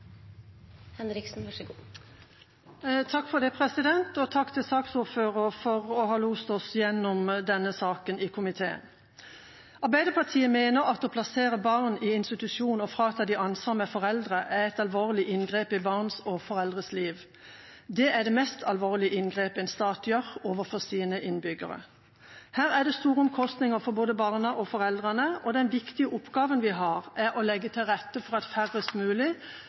Takk til saksordføreren for å ha lost oss gjennom denne saken i komiteen. Arbeiderpartiet mener at det å plassere barn i institusjon og frata ansvaret fra foreldre, er et alvorlig inngrep i barns og foreldres liv. Det er det mest alvorlige inngrep en stat gjør overfor sine innbyggere. Her er det store omkostninger for både barna og foreldrene, og den viktige oppgaven vi har, er å legge til rette for at færrest mulig